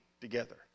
together